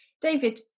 David